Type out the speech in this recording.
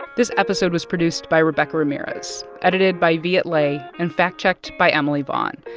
this episode was produced by rebecca ramirez, edited by viet le and fact-checked by emily vaughn.